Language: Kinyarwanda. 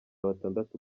batandatu